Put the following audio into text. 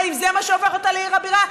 האם זה מה שהופך אותה לעיר הבירה?